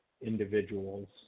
individuals